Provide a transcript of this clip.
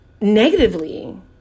negatively